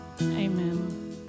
Amen